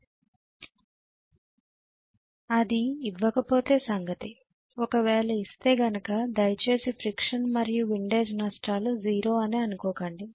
అది ఫ్రిక్షన్ మరియు విండేజ్ నష్టాలు ఇవ్వకపోతే సంగతి ఒకవేళ ఇస్తే గనక దయచేసి ఫ్రిక్షన్ మరియు విండేజ్ నష్టాలు 0 అని అనుకోకండి